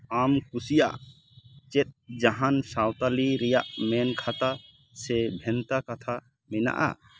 ᱟᱢ ᱠᱩᱥᱤᱭᱟᱜ ᱪᱮᱫ ᱡᱟᱦᱟᱸᱱ ᱥᱟᱶᱛᱟᱞᱤ ᱨᱮᱭᱟᱜ ᱢᱮᱱᱠᱟᱛᱷᱟ ᱥᱮ ᱵᱷᱮᱱᱛᱟ ᱠᱟᱛᱷᱟ ᱢᱮᱱᱟᱜᱼᱟ